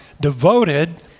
devoted